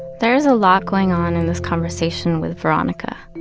there's a lot going on in this conversation with veronica.